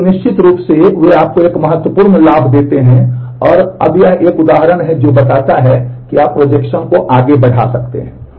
और फिर निश्चित रूप से वे आपको एक महत्वपूर्ण लाभ देते हैं और अब यह एक उदाहरण है जो बताता है कि आप प्रोजेक्शन को आगे बढ़ा सकते हैं